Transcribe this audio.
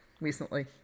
recently